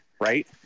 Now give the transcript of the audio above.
right